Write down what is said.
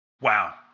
Wow